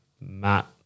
Matt